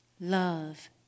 love